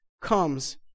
comes